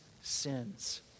sins